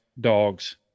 dogs